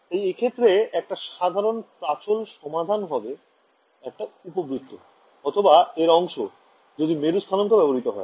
তাই এক্ষেত্রে একটা সাধারণ প্রাচল সমাধান হবে একটা উপবৃত্ত অথবা এর অংশ যদি মেরু স্থানাঙ্ক ব্যবহৃত হয়